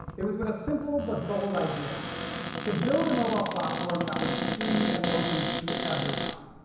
it was with a simple but bold idea to build a mobile platform that was free and open to everyone.